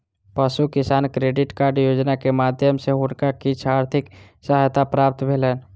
पशु किसान credit card योजना के माध्यम सॅ हुनका किछ आर्थिक सहायता प्राप्त भेलैन